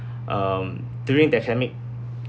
um during the academic